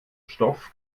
stoff